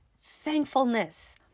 thankfulness